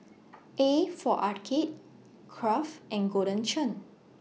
A For Arcade Kraft and Golden Churn